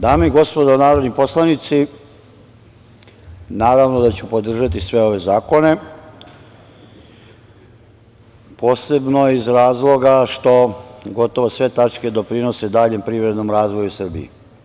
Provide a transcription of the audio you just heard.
Dame i gospodo narodni poslanici, naravno da ću podržati sve ove zakone, posebno iz razloga što gotovo sve tačke doprinose daljem privrednom razvoju Srbije.